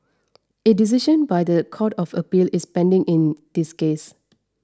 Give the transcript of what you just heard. a decision by the Court of Appeal is pending in this case